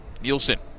Nielsen